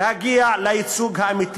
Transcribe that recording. ולהגיע לייצוג האמיתי.